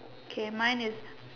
K mine is